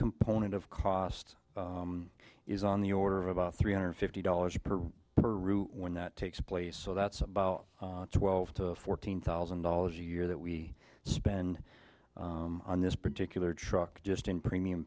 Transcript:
component of cost is on the order of about three hundred fifty dollars per room when that takes place so that's about twelve to fourteen thousand dollars a year that we spend on this particular truck just in premium